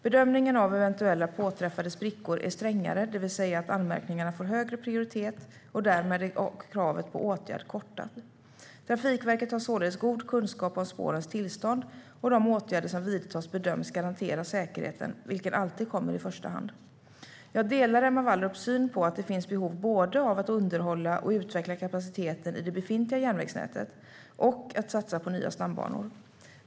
Bedömningen av eventuella påträffade sprickor är strängare, det vill säga att anmärkningarna får högre prioritet och därmed kräver kortare åtgärdstid. Trafikverket har således god kunskap om spårens tillstånd. Och de åtgärder som vidtas bedöms garantera säkerheten, vilken alltid kommer i första hand. Jag delar Emma Wallrups syn på att det finns behov både av att underhålla och utveckla kapaciteten i det befintliga järnvägsnätet och av att satsa på nya stambanor.